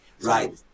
Right